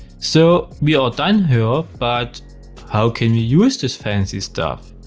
so we are done here, but how can we use this fancy stuff?